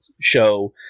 show